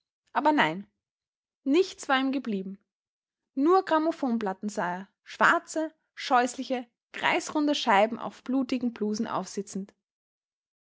aber nein nichts war ihm geblieben nur grammophonplatten sah er schwarze scheußliche kreisrunde scheiben auf blutigen blusen aufsitzend